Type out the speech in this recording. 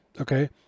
okay